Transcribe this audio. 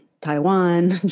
Taiwan